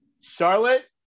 charlotte